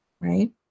right